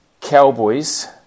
Cowboys